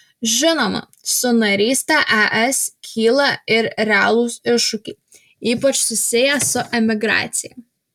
žinoma su naryste es kyla ir realūs iššūkiai ypač susiję su emigracija